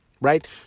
right